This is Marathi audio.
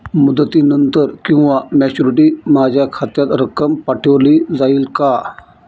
मुदतीनंतर किंवा मॅच्युरिटी माझ्या खात्यात रक्कम पाठवली जाईल का?